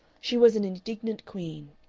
she was an indignant queen,